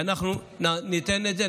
ואנחנו ניתן את זה,